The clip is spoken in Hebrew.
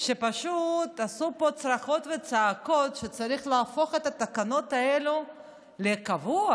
שפשוט עשו פה צרחות וצעקות שצריך להפוך את התקנות האלה לקבועות.